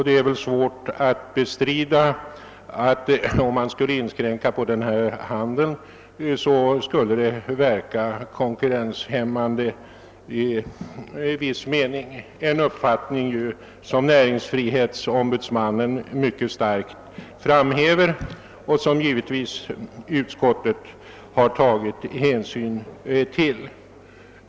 Det är väl svårt att bestrida att en inskränkning av handeln skulle verka konkurrenshämmande i viss utsträckning, en uppfattning som näringsfrihetsombudsmannen mycket starkt framhävt och som utskottet givetvis tagit hänsyn till.